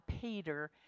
Peter